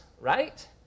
right